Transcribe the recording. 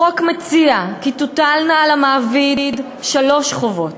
החוק מציע כי תוטלנה על המעביד שלוש חובות: